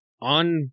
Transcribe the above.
on